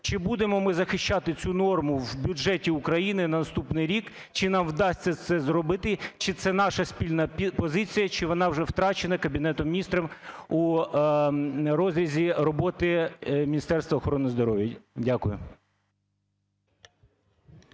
чи будемо ми захищати цю норму в бюджеті України на наступний рік? Чи нам вдасться це зробити? Чи це наша спільна позиція? Чи вона вже втрачена Кабінетом Міністрів у розрізі роботи Міністерства охорони здоров'я? Дякую.